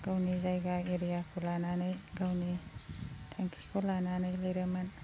गावनि जायगा एरियाखौ लानानै गावनि थांखिखौ लानानै लिरोमोन